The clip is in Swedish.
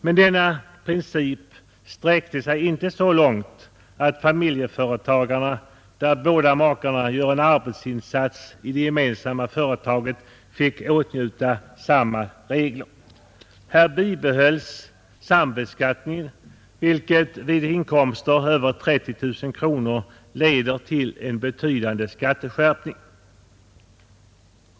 Men denna princip sträckte sig inte så långt att två makar som var och en gör en arbetsinsats i det gemensamma familjeföretaget fick beskattas enligt denna regel. För sådana inkomsttagare bibehölls sambeskattningen, något som vid inkomster på över 30 000 kronor leder till en betydande skatteskärpning.